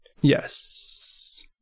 yes